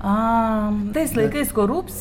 a tais laikais korupcija